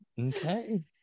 okay